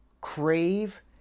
crave